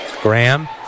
Graham